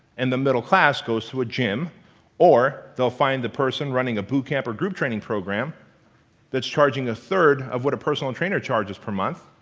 and the middle class goes to a gym or they'll find the person running a boot camp or group training program that's charging a third of what a personal trainer charges per month,